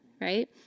right